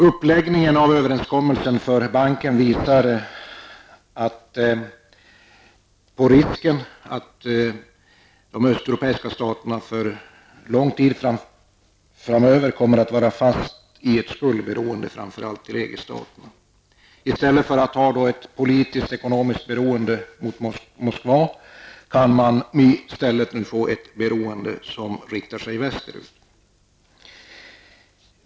Uppläggningen av överenskommelsen för banken visar risken att de östeuropeiska staterna för lång tid framöver kommer att vara fast i ett skuldberoende, framför allt till EG-staterna. Från att tidigare ha varit politiskt och ekonomiskt beroende av Moskva kan dessa länder nu i stället bli beroende av länderna västerut.